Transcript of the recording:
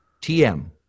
TM